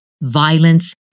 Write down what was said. violence